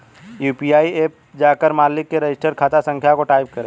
UPI app में जाकर मालिक के रजिस्टर्ड खाता संख्या को टाईप करें